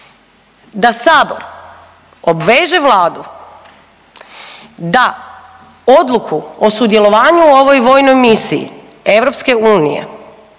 da sabor obveže Vladu da odluku o sudjelovanju u ovom vojnoj misiji EU Hrvatska zauzme